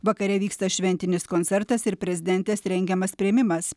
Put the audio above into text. vakare vyksta šventinis koncertas ir prezidentės rengiamas priėmimas